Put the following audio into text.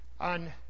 on